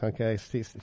Okay